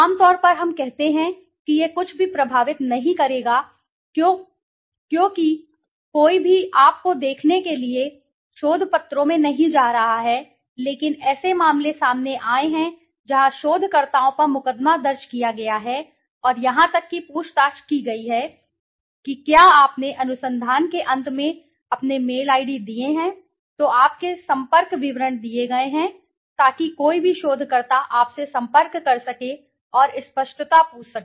आम तौर पर हम कहते हैं कि यह कुछ भी प्रभावित नहीं करेगा क्योंकि कोई भी आपको देखने के लिए शोध पत्रों में नहीं जा रहा है लेकिन ऐसे मामले सामने आए हैं जहां शोधकर्ताओं पर मुकदमा दर्ज किया गया है और यहां तक कि पूछताछ की गई है कि क्या आपने अनुसंधान के अंत में अपने मेल आईडी दिए हैं तो आपके संपर्क विवरण दिए गए हैं ताकि कोई भी शोधकर्ता आपसे संपर्क कर सके और स्पष्टता पूछ सके